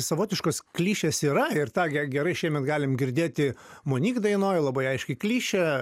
savotiškos klišės yra ir tą ge gerai šiemet galim girdėti monyk dainoj labai aiški klišė